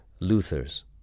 Luther's